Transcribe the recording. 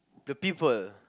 the people